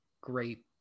great